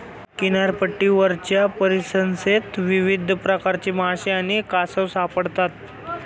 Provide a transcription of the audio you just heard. किनारपट्टीवरच्या परिसंस्थेत विविध प्रकारचे मासे आणि कासव सापडतात